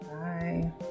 Bye